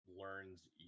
learns